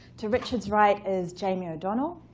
to richard's right is jamie o'connell.